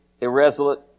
irresolute